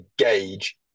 engage